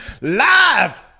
Live